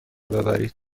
ببرید